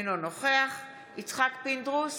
אינו נוכח יצחק פינדרוס,